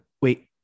wait